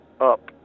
up